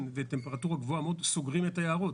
בטמפרטורה גבוהה מאוד סוגרים את היערות,